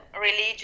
religion